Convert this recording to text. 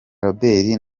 robert